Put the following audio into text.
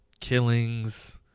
killings